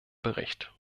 bericht